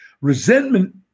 Resentment